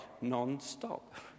non-stop